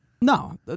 No